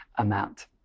amount